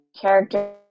character